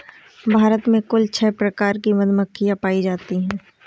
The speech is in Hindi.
भारत में कुल छः प्रकार की मधुमक्खियां पायी जातीं है